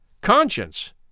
Conscience